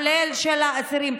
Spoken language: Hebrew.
כולל של האסירים.